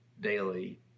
daily